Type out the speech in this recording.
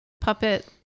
puppet